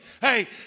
Hey